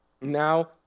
Now